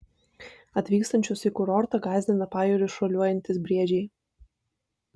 atvykstančius į kurortą gąsdina pajūriu šuoliuojantys briedžiai